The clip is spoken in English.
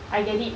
I get it